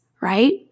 right